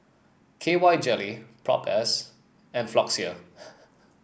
K Y Jelly Propass and Floxia